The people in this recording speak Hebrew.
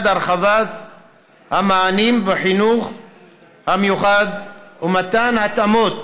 הרחבת המענים בחינוך המיוחד ומתן התאמות